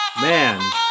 Man